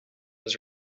was